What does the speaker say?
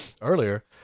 earlier